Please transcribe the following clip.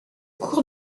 cours